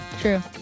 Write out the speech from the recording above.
True